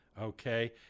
Okay